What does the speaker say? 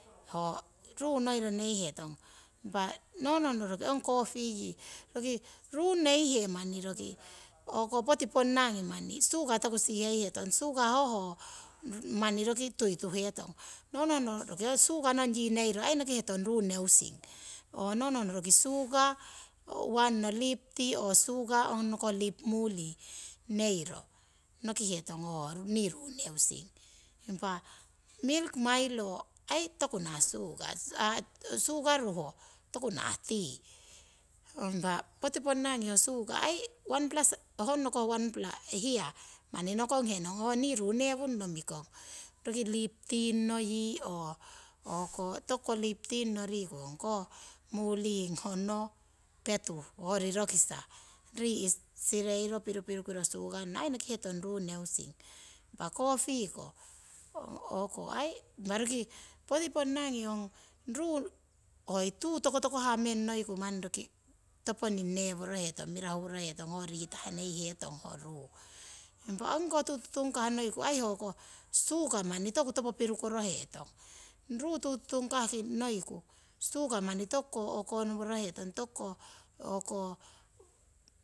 Okei hoko ruu noihe uruki ruu haruro ruu neihe, uruki ho tuu poiring ngoihetong, tuu tokohihetong. Tuu hoyori ketoro hiyatiro tikite ho iihaa ngoiro impa ho tuu tokohihetong tokohiro ho tuu poiri woroku komikoroku impa tikite ho kapu rerikiro uruki hoiri kapu ho sugar uruki sireihetong. Poti ponnangi ho o'ko ruu sipuni iusing ngoihetong, impa roki. nii poti ponnangi hoko iusing ngongong teiporo sipuni, teiporo sipuni tupara suka sireungong kapu kori, impa tikite ho miriki yi, mairo oo hoko nesikepe pekangu nawaikori komikah. sireiro ai impa tikite mikising ngoihetong hoko pirupirukimo tuku pirupirukimo tuku, pirukiro pirukiro ho suka honno koh miriki yi, mairo pirukoroku impa ai tikite hoi ruu sipuni. no'ra koto nopiro hanoihetong, hanoiro nohiro ong muti ngawah ai impa tikite